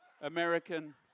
American